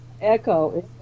echo